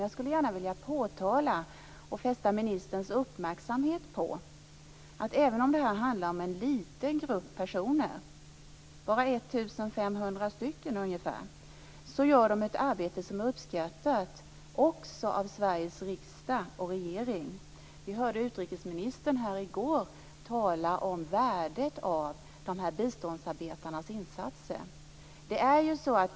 Jag skulle vilja fästa ministerns uppmärksamhet på att även om det handlar om en liten grupp personer, bara ungefär 1 500, gör de ett arbete som uppskattas också av Sveriges riksdag och regering. Vi hörde utrikesministern här i går tala om värdet av biståndsarbetarnas insatser.